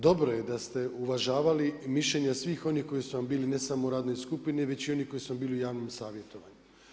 Dobro je da ste uvažavali i mišljenja svih onih koji su vam bili i ne samo u radnoj skupini već i onih koji su bili u javnom savjetovanju.